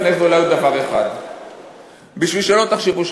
אולי לפני זה אגיד לכם עוד דבר אחד,